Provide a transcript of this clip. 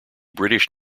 british